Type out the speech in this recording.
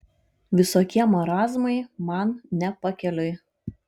visokie marazmai man ne pakeliui